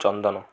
ଚନ୍ଦନ